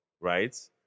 right